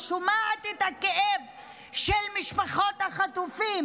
אני שומעת את הכאב של משפחות החטופים